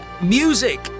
music